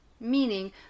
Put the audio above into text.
Meaning